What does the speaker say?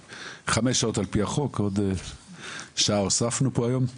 חמש שעות על פי החוק, עוד שעה הוספנו פה היום.